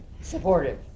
supportive